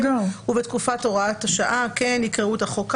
ובתקופת הוראת השעה כן יקראו את החוק ככה,